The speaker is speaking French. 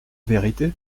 vérité